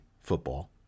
football